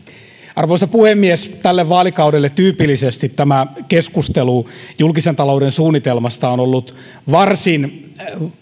arvoisa puhemies tälle vaalikaudelle tyypillisesti tämä keskustelu julkisen talouden suunnitelmasta on ollut varsin